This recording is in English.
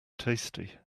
tasty